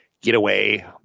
getaway